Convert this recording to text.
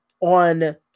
on